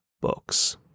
books